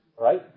right